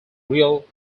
real